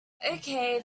okay